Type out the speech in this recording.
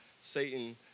Satan